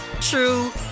true